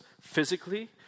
physically